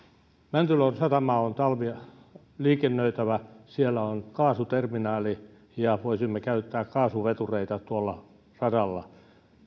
mäntyluodon satama on talviliikennöitävä siellä on kaasuterminaali ja voisimme käyttää kaasuvetureita tuolla radalla